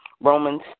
Romans